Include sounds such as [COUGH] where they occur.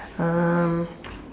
um [BREATH]